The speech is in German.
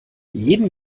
jeden